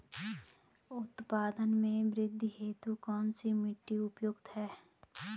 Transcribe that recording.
उत्पादन में वृद्धि हेतु कौन सी मिट्टी उपयुक्त है?